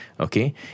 Okay